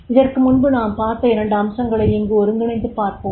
இதற்கு முன்பு நாம் பார்த்த இரண்டு அம்சங்களை இங்கு ஒருங்கிணைத்துப் பார்ப்போம்